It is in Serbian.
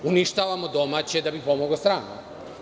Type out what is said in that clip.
Uništavamo domaće da bi pomogli stranom.